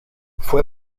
fue